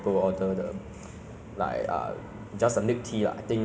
so what's your favourite like bubble tea like drinks